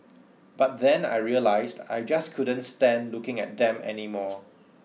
but then I realised I just couldn't stand looking at them anymore